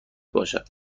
باشد